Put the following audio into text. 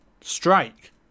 strike